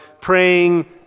praying